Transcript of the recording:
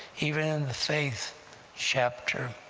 even in the faith chapter,